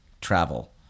travel